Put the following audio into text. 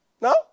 No